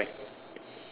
okay correct